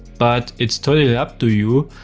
but it's totally up to you,